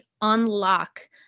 unlock